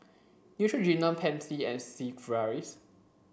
Neutrogena Pansy and Sigvaris